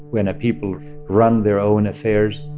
when a people run their own affairs,